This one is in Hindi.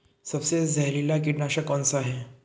सबसे जहरीला कीटनाशक कौन सा है?